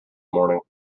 morning